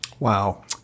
Wow